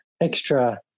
extra